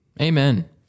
Amen